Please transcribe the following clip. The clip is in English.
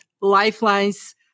lifelines